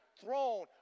throne